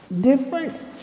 Different